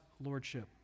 lordship